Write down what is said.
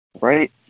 right